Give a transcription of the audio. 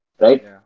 right